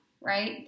right